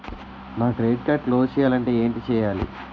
నా credit card close చేయాలంటే ఏంటి చేయాలి?